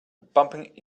bumping